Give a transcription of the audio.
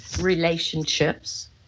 relationships